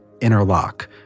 interlock